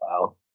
Wow